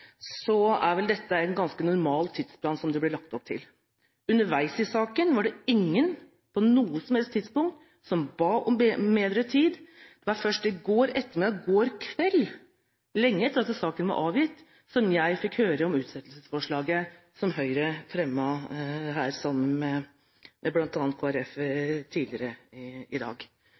vel her lagt opp til en ganske normal tidsplan. Underveis i saken var det ingen på noe som helst tidspunkt som ba om bedre tid. Det var først i går ettermiddag – i går kveld – lenge etter at saken var avgitt, at jeg fikk høre om utsettelsesforslaget som Høyre fremmet her tidligere i dag sammen med